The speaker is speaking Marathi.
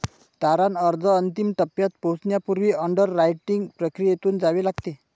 तारण अर्ज अंतिम टप्प्यात पोहोचण्यापूर्वी अंडररायटिंग प्रक्रियेतून जावे लागते